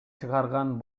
чыгарган